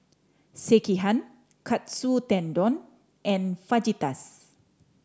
Sekihan Katsu Tendon and Fajitas